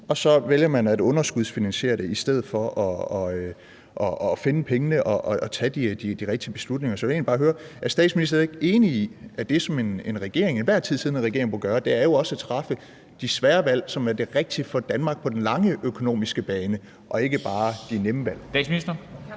og så vælger man at underskudsfinansiere det i stedet for at finde pengene og tage de rigtige beslutninger. Så jeg vil egentlig bare høre, om statsministeren ikke er enig i, at det, som en til enhver tid siddende regering bør gøre, jo også er at træffe de svære valg, som er det rigtige for Danmark på den lange økonomiske bane, og ikke bare de nemme valg.